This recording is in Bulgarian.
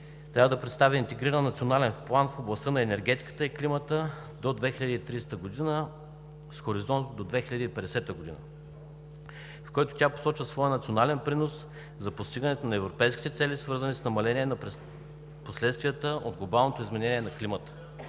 трябва да представи Интегриран национален план в областта на енергетиката и климата до 2030 г. с хоризонт до 2050 г., в който тя посочва своя национален принос за постигането на европейските цели, свързани с намаление на последствията от глобалното изменение на климата.